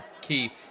key